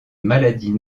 maladies